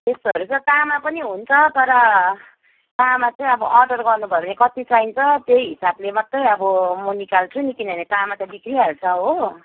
त्यस्तोहरू छ तामाहरू पनि हुन्छ तर तामा चाहिँ अब अर्डर गर्नु भयो भने कति चाहिन्छ त्यही हिसाबले मत्रै अब म निकाल्छु नि किनभने अब तामा त बिग्रिहाल्छ हो